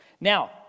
Now